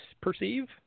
perceive